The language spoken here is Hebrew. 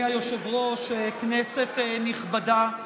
היושב-ראש, כנסת נכבדה,